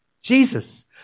Jesus